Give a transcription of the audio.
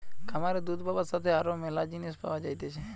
খামারে দুধ পাবার সাথে আরো ম্যালা জিনিস পাওয়া যাইতেছে